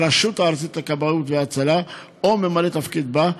הרשות הארצית לכבאות והצלה או ממלא תפקדי בה,